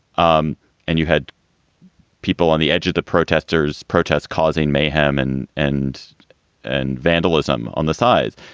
um and you had people on the edge of the protesters protests causing mayhem and and and vandalism on the side.